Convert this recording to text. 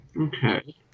okay